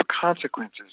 consequences